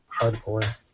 hardcore